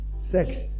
Sex